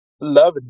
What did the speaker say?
loving